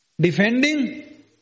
Defending